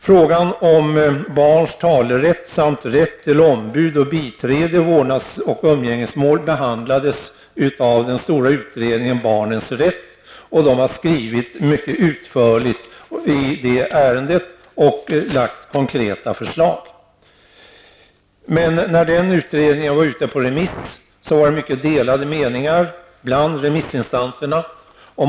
Frågan om barns talerätt samt rätt till ombud och biträde i vårdnads och umgängesmål behandlades av den stora utredningen Barnets rätt. Utredningen skrev mycket utförligt i det ärendet och lade fram konkreta förslag, men när betänkandet var ute på remiss var det mycket delade meningar bland remissinstanserna.